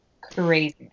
crazy